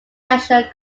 national